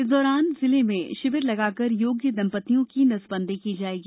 इस दौरान जिले में शिविर लगाकर योग्य दम्पत्तियों की नसबंदी की जाएगी